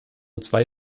zwei